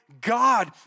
God